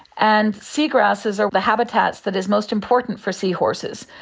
and sea grasses are the habitats that is most important for sea horses.